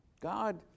God